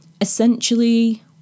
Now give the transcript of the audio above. Essentially